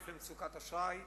הוא גורם למצוקת אשראי,